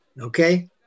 Okay